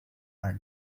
are